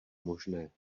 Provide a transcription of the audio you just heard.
možné